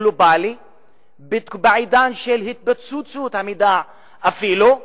גלובלי בעידן של התפוצצות המידע אפילו,